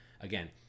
again